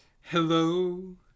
Hello